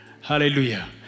Hallelujah